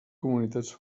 comunitats